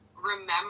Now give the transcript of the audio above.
remember